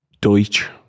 Deutsch